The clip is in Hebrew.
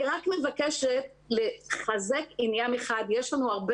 אני רק מבקשת לחזק עניין אחד - יש לנו הרבה